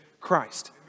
Christ